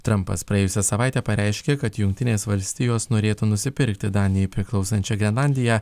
trampas praėjusią savaitę pareiškė kad jungtinės valstijos norėtų nusipirkti danijai priklausančią grenlandiją